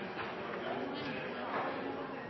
ein har? Det